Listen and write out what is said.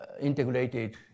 integrated